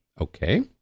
Okay